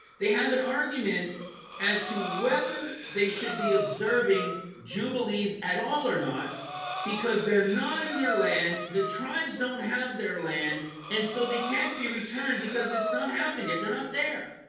they have an argument as to whether they should be observing jubilees at all or not because they're not in their land the tribes don't have their land and so they can't be returned because it's not happened yet they're not there